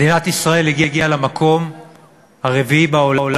מדינת ישראל הגיעה למקום הרביעי בעולם